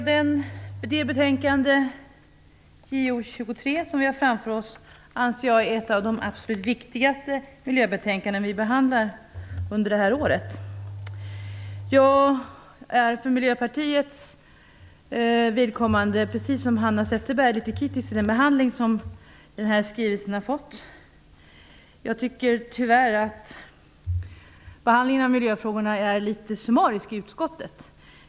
Herr talman! Det betänkande vi har framför oss, JoU23, anser jag är ett av de absolut viktigaste miljöbetänkanden vi behandlar under detta år. Jag är för Miljöpartiets vidkommande precis som Hanna Zetterberg litet kritisk till den behandling som skrivelsen har fått. Jag tycker tyvärr att behandlingen av miljöfrågorna är litet summarisk i utskottet.